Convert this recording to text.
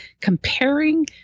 comparing